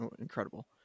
incredible